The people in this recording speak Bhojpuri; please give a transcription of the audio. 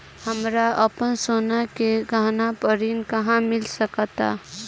हमरा अपन सोने के गहना पर ऋण कहां मिल सकता?